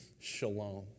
shalom